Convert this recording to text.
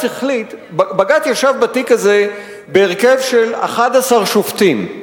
בג"ץ ישב בתיק הזה בהרכב של 11 שופטים.